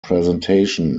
presentation